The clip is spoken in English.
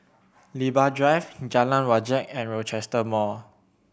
Libra Drive Jalan Wajek and Rochester Mall